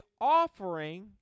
offering